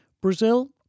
Brazil